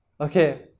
okay